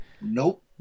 nope